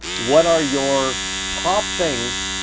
what are your top things,